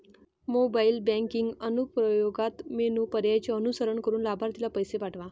mobile banking अनुप्रयोगात menu पर्यायांचे अनुसरण करून लाभार्थीला पैसे पाठवा